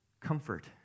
comfort